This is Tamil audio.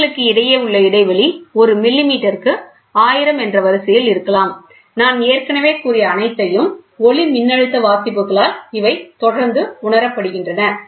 கோடுகளுக்கு இடையே உள்ள இடைவெளி ஒரு மில்லிமீட்டருக்கு 1000 என்ற வரிசையில் இருக்கலாம் நான் ஏற்கனவே கூறிய அனைத்தையும் ஒளிமின்னழுத்த வாசிப்புகளால் இவை தொடர்ந்து உணரப்படுகின்றன